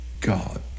God